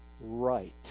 right